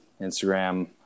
Instagram